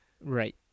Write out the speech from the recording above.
Right